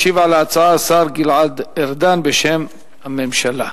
ישיב על ההצעה השר גלעד ארדן בשם הממשלה.